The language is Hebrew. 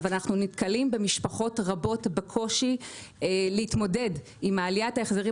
אבל אנחנו נתקלים במשפחות רבות בקושי להתמודד עם עליית ההחזרים